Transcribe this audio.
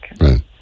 Right